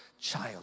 child